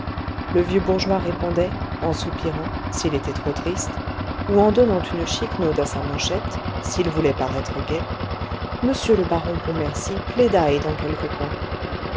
le vieux bourgeois répondait en soupirant s'il était trop triste ou en donnant une chiquenaude à sa manchette s'il voulait paraître gai monsieur le baron pontmercy plaidaille dans quelque coin